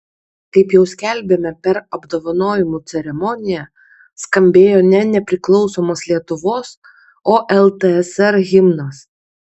kaip jau skelbėme per apdovanojimų ceremoniją skambėjo ne nepriklausomos lietuvos o ltsr himnas